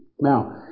Now